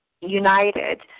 united